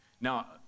Now